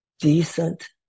decent